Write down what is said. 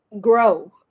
grow